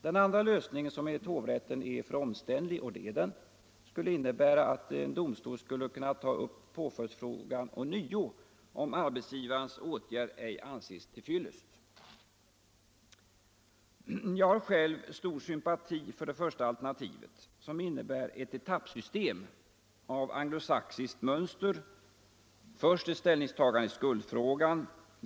Den andra lösningen, som enligt hovrätten är för omständlig — och det är den —, skulle innebära att en domstol skulle kunna ta upp påföljdsfrågan ånyo om arbetsgivarens åtgärd ej anses till fyllest. Jag har själv stor sympati för det första alternativet, som innebär ett etappsystem av anglosaxiskt mönster: Först ett ställningstagande i skuldfrågan.